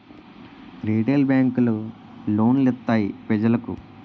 retail బేంకులు loan లిత్తాయి పెజలకు